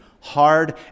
Hard